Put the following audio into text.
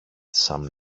some